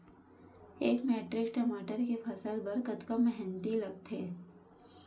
एक मैट्रिक टमाटर के फसल बर कतका मेहनती लगथे?